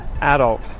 adult